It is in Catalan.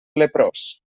leprós